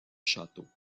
château